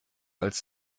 als